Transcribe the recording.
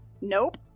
Nope